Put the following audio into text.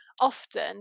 often